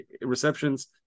receptions